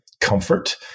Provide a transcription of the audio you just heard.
comfort